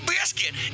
Biscuit